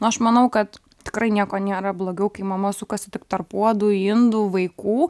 nu aš manau kad tikrai nieko nėra blogiau kai mama sukasi tik tarp puodų indų vaikų